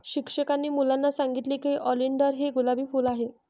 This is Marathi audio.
शिक्षकांनी मुलांना सांगितले की ऑलिंडर हे गुलाबी फूल आहे